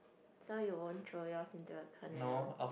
so you won't throw yours into a canal